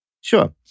Sure